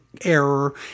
error